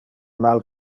mal